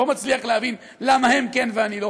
לא מצליח להבין למה הם כן ואני לא.